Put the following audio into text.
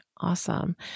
Awesome